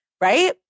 right